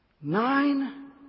nine